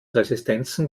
resistenzen